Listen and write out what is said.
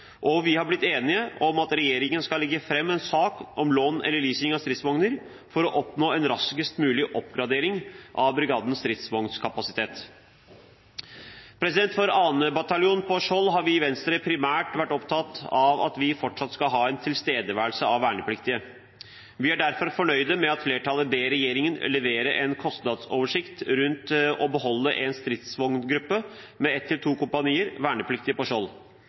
og vi har blitt enige om at regjeringen skal legge fram en sak om lån eller leasing av stridsvogner for å oppnå en raskest mulig oppgradering av brigadens stridsvognkapasitet. For 2. bataljon på Skjold har vi i Venstre primært vært opptatt av at vi fortsatt skal ha en tilstedeværelse av vernepliktige. Vi er derfor fornøyd med at flertallet ber regjeringen levere en kostnadsoversikt for å beholde én stridsgruppe med ett til to kompanier vernepliktige på Skjold. Flertallet ber nå regjeringen komme tilbake med en kostnadsoversikt for